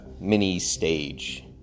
mini-stage